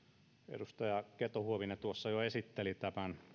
edustaja keto huovinen tuossa jo esitteli tämän